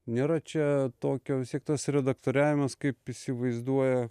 nėra čia tokio vis tiek tas redaktoriavimas kaip įsivaizduoja